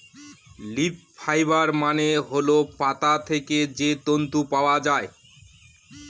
leaf fibre মানে হল পাতা থেকে যে তন্তু পাওয়া যায়